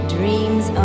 Dreams